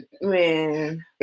Man